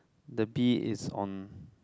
the bee is on